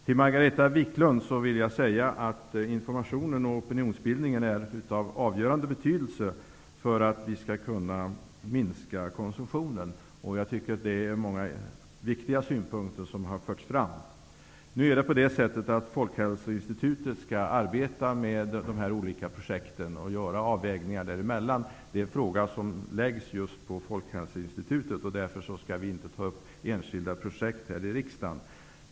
Till Margareta Viklund vill jag säga att informationen och opinionsbildningen är av avgörande betydelse för att vi skall kunna minska konsumtionen. Jag tycker att många viktiga synpunkter har förts fram. Folkhälsoinstitutet skall arbeta med dessa olika projekt, och göra avvägningar mellan dem. Ansvaret för det ligger just på Folkhälsoinstitutet. Riksdagen skall därför inte ta upp enskilda projekt.